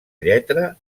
lletra